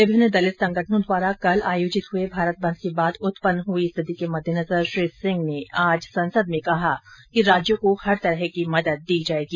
विभिन्न दलित संगठनों द्वारा कल आयोजित हुए भारत बंद के बाद उत्पन्न हुई स्थिति के मददेनजर श्री सिंह ने आज संसद में कहा कि राज्यों को हर तरह की मदद दी जायेगी